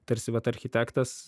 tarsi vat architektas